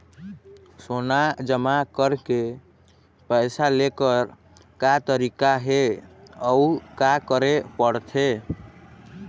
सोना जमा करके पैसा लेकर का तरीका हे अउ का करे पड़थे?